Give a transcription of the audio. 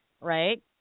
right